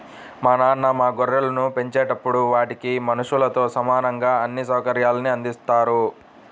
మా నాన్న మా గొర్రెలను పెంచేటప్పుడు వాటికి మనుషులతో సమానంగా అన్ని సౌకర్యాల్ని అందిత్తారు